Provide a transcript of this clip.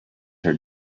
her